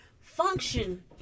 function